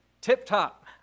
tip-top